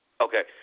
Okay